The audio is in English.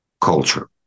culture